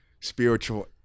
spiritual